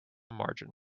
margin